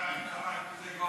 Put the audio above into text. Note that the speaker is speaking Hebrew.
אני יוצא בזמני, אל תדאג.